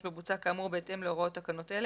בבוצה כאמור בהתאם להוראות תקנות אלה,